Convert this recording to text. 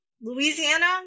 louisiana